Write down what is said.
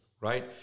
right